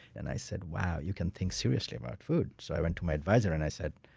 and i said, wow, you can think seriously about food. so i went to my adviser and i said,